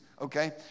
okay